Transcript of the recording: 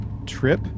Trip